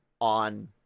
on